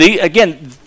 again